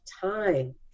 time